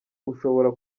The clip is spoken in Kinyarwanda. ushobora